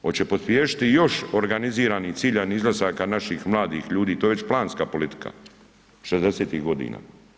Hoće pospješiti još organiziranih ciljanih izlazaka naših mladih ljudi, to je već planska politika, '60.-tih godina.